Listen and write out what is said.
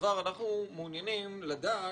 אנחנו מעוניינים לדעת